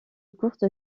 courte